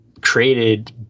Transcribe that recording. created